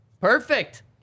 Perfect